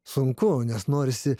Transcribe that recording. sunku nes norisi